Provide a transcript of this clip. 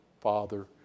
Father